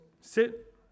sit